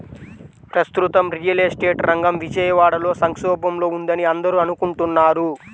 ప్రస్తుతం real estate రంగం విజయవాడలో సంక్షోభంలో ఉందని అందరూ అనుకుంటున్నారు